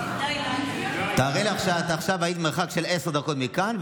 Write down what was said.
תארי לך שעכשיו את במרחק של עשר דקות מכאן,